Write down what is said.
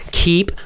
keep